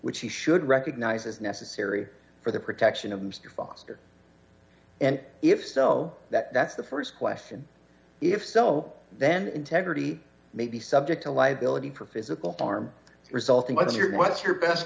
which he should recognise as necessary for the protection of mr foster and if so that's the st question if so then integrity may be subject to liability for physical harm resulting what's your what's your best